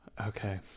Okay